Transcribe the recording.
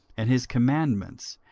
and his commandments,